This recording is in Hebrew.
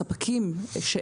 לספקים.